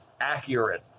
accurate